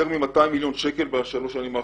מ-200 מיליון שקל בשלוש השנים האחרונות,